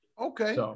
Okay